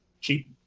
cheap